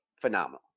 phenomenal